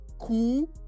cool